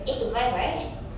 eight to five right